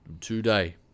today